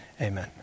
amen